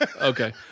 Okay